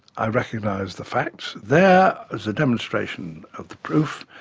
i recognise the facts, there is a demonstration of the proof,